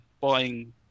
buying